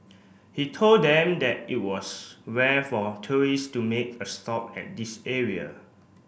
he told them that it was rare for tourists to make a stop at this area